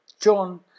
John